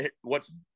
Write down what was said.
whats